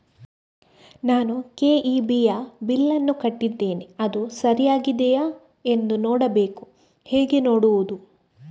ನಾನು ಕೆ.ಇ.ಬಿ ಯ ಬಿಲ್ಲನ್ನು ಕಟ್ಟಿದ್ದೇನೆ, ಅದು ಸರಿಯಾಗಿದೆಯಾ ಎಂದು ನೋಡಬೇಕು ಹೇಗೆ ನೋಡುವುದು?